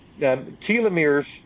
telomeres